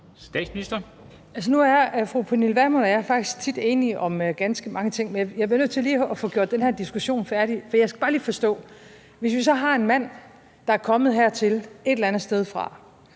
Frederiksen): Nu er fru Pernille Vermund og jeg faktisk tit enige om ganske mange ting. Jeg bliver lige nødt til at få gjort den her diskussion færdig, for jeg skal bare lige forstå det. Hvis vi så har en mand, der er kommet hertil et eller andet sted fra,